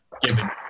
given